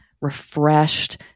refreshed